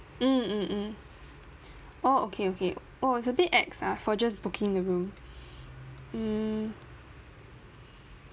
mm mm mm oh okay okay oh it's a bit ex ah for just booking the room mm